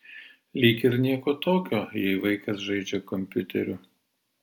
lyg ir nieko tokio jei vaikas žaidžia kompiuteriu